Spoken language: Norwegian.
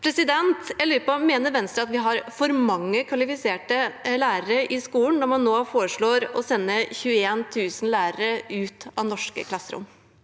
salen. Jeg lurer på: Mener Venstre at vi har for mange kvalifiserte lærere i skolen når man nå foreslår å sende 21 000 lærere ut av norske klasserom?